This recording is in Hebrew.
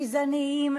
גזעניים,